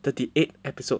thirty eight episode